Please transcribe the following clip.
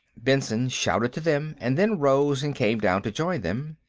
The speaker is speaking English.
benson shouted to them, and then rose and came down to join them.